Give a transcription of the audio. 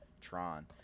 Tron